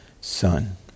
son